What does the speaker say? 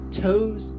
toes